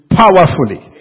powerfully